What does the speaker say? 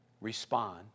respond